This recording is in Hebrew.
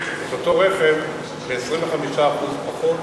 את אותו רכב ב-25% פחות